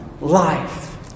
life